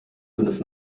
fünf